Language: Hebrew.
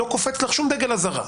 לא קופץ לך שום דגל אזהרה.